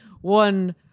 one